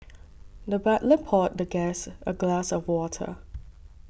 the butler poured the guest a glass of water